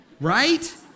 Right